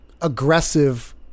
aggressive